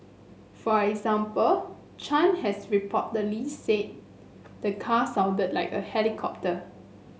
for example Chan has reportedly said the car sounded like a helicopter